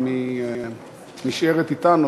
אם היא נשארת אתנו,